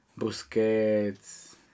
Busquets